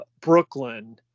brooklyn